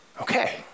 okay